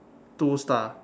two star